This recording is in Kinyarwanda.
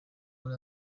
muri